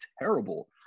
terrible